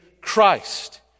Christ